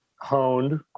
honed